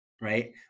right